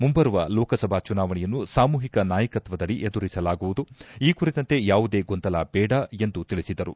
ಮುಂಬರುವ ಲೋಕಸಭಾ ಚುನಾವಣೆಯನ್ನು ಸಾಮೂಹಿಕ ನಾಯಕತ್ವದಡಿ ಎದುರಿಸಲಾಗುವುದು ಈ ಕುರಿತಂತೆ ಯಾವುದೇ ಗೊಂದಲ ಬೇಡ ಎಂದು ತಿಳಿಸಿದರು